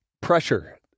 pressure